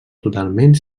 totalment